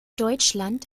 deutschland